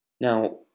now